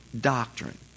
doctrine